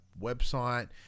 website